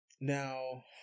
Now